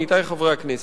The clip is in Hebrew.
עמיתי חברי הכנסת: